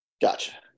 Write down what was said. gotcha